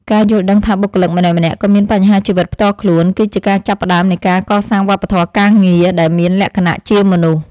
ការយល់ដឹងថាបុគ្គលិកម្នាក់ៗក៏មានបញ្ហាជីវិតផ្ទាល់ខ្លួន គឺជាការចាប់ផ្តើមនៃការកសាងវប្បធម៌ការងារដែលមានលក្ខណៈជាមនុស្ស។